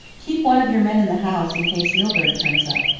keep one of your men in the house in case milburgh turns up.